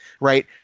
Right